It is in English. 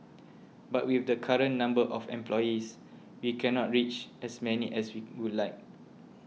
but with the current number of employees we cannot reach as many as we would like